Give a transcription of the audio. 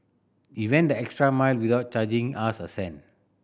he went the extra mile without charging us a cent